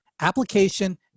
application